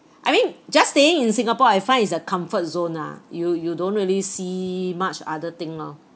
I mean just staying in singapore I find it's a comfort zone ah you you don't really see much other thing lor